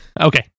Okay